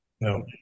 No